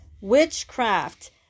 witchcraft